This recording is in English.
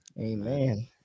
Amen